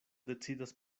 decidas